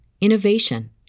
innovation